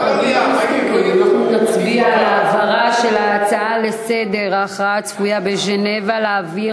אז אנחנו נצביע, לוועדה או למליאה?